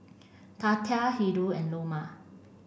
Tatia Hildur and Loma